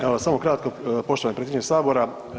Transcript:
Evo, samo kratko, poštovani predsjedniče Sabora.